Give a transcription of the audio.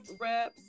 reps